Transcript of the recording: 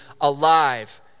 alive